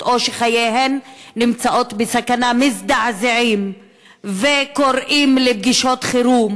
או שחייהן נמצאים בסכנה מזדעזעות וקוראות לפגישות חירום,